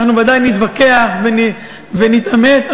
אנחנו ודאי נתווכח ונתעמת,